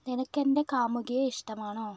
നിനക്ക് എന്റെ കാമുകിയെ ഇഷ്ടമാണോ